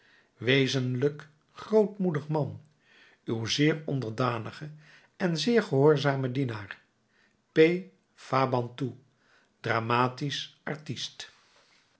wezenlijk grootmoedig man uw zeer onderdanige en zeer gehoorzame dienaar p fabantou dramatisch artist